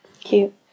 cute